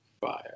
Fire